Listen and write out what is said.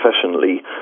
professionally